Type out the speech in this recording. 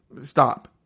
stop